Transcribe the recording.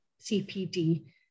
CPD